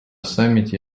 саммите